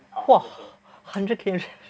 !wah! hundred K_M challenge